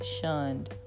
shunned